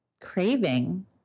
craving